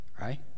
right